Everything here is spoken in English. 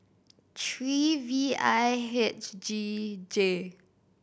three V I H G J